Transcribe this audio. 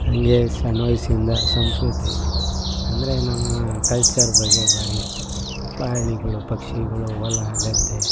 ನನಗೆ ಸಣ್ಣ ವಯಸ್ಸಿಂದ ಸಂಸ್ಕೃತಿ ಅಂದರೆ ನಮ್ಮ ಕಲ್ಚರ್ ಬಗ್ಗೆ ಭಾರೀ ಇಷ್ಟ ಪ್ರಾಣಿಗಳು ಪಕ್ಷಿಗಳು ಹೊಲ ಗದ್ದೆ